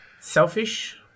selfish